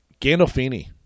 Gandolfini